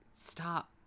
stop